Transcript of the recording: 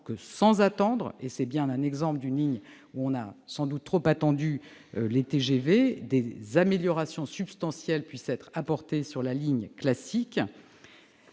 que, sans attendre- or c'est bien l'exemple d'une ligne où l'on a trop attendu les TGV -, des améliorations substantielles puissent être apportées sur la ligne classique.